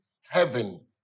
heaven